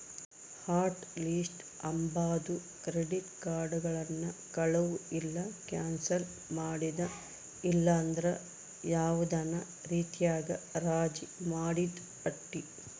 hot list ಅಂಬಾದು credit ಕಾರ್ಡುಗುಳ್ನ ಕಳುವು ಇಲ್ಲ ಕ್ಯಾನ್ಸಲ್ ಮಾಡಿದ ಇಲ್ಲಂದ್ರ ಯಾವ್ದನ ರೀತ್ಯಾಗ ರಾಜಿ ಮಾಡಿದ್ ಪಟ್ಟಿ